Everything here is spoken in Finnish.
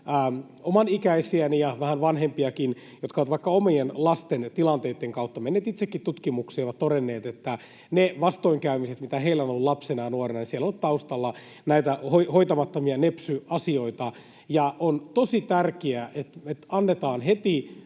oman ikäisiäni ja vähän vanhempiakin, jotka ovat vaikka omien lasten tilanteitten kautta menneet itsekin tutkimuksiin ja ovat todenneet, että niiden vastoinkäymisten, mitä heillä on ollut lapsena ja nuorena, taustalla on näitä hoitamattomia nepsy-asioita. On tosi tärkeää, että annetaan heti